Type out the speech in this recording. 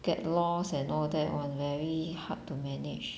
get lost and all that [one] very hard to manage